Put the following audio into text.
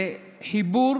לחיבור